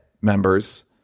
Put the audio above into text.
members